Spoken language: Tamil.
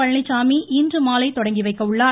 பழனிச்சாமி இன்று மாலை தொடங்கி வைக்க உள்ளார்